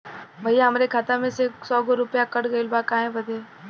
भईया हमरे खाता में से सौ गो रूपया कट गईल बा काहे बदे?